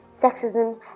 sexism